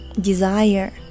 desire